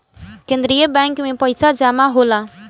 केंद्रीय बैंक में पइसा जमा होला